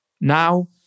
Now